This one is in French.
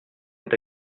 est